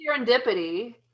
serendipity